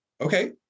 okay